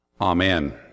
Amen